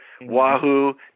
Wahoo